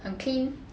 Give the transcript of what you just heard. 很 clean